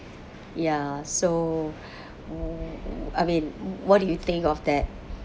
ya so I mean what do you think of that